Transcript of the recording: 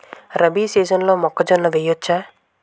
రబీ సీజన్లో మొక్కజొన్న వెయ్యచ్చా?